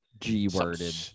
G-worded